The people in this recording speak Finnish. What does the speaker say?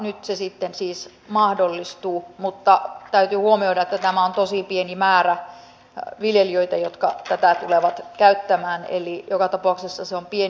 nyt se sitten siis mahdollistuu mutta täytyy huomioida että tämä on tosi pieni määrä viljelijöitä jotka tätä tulevat käyttämään eli joka tapauksessa se on pieni